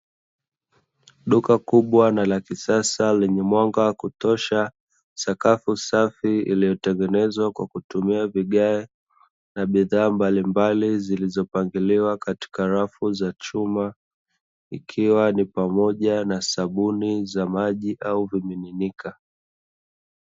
Duka kubwa na la kisasa lenye mwanga kutosha sakafu safi iliyotengenezwa kwa kutumia vigae na bidhaa mbalimbali zilizofadhiliwa katika rafu za chuma ikiwa ni pamoja na sabuni za maji au kufunika.